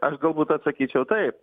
aš galbūt atsakyčiau taip